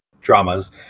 dramas